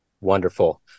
Wonderful